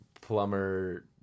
plumber